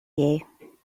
you